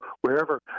wherever